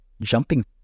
Jumping